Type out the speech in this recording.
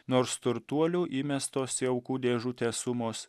nors turtuolių įmestos į aukų dėžutę sumos